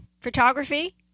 Photography